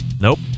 nope